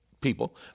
people